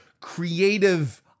creative